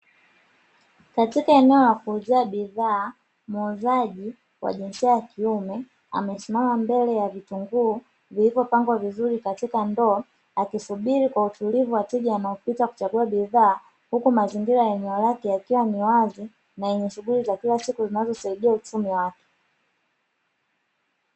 Katika eneo la kuuzia bidhaa muuazaji wa jinsia ya kiume amesimama mbele ya vitunguu vilivyopangwa vizuri katika ndoo, akisubiri kwa utulivu wateja wanaopita kuchagua bidhaa huku mazingira ya nyuma yake yakiwa ni wazi na yenya shughuli za kila siku zinazosaidia uchumi wake.